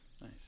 Nice